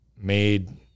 made